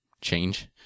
change